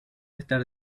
estar